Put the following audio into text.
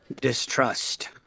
distrust